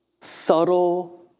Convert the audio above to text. Subtle